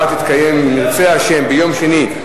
הישיבה הבאה תתקיים, אם ירצה השם, ביום שני,